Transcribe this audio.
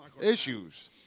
issues